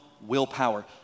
willpower